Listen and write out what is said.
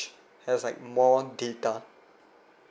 has like more data